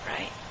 right